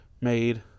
made